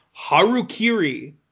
harukiri